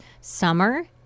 summer